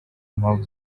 impamvu